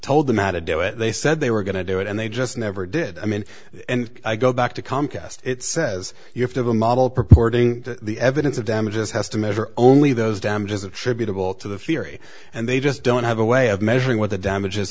told them out to do it they said they were going to do it and they just never did i mean i go back to comcast it says you have to have a model purporting the evidence of damages has to measure only those damages attributable to the firy and they just don't have a way of measuring what the damages